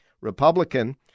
Republican